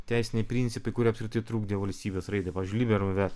teisiniai principai kurie apskritai trukdė valstybės raidą pavyzdžiui lyberum veto